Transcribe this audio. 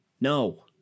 No